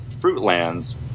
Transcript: Fruitlands